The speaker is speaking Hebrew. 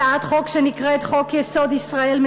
הצעת חוק שנקראת: חוק-יסוד: ישראל,